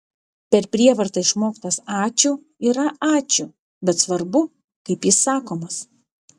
per prievartą išmoktas ačiū yra ačiū bet svarbu kaip jis sakomas